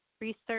research